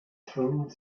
through